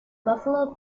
buffalo